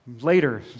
Later